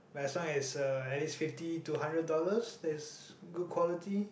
but as long as it's a at least fifty to hundred dollars that is good quality